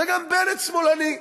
וגם בנט שמאלני.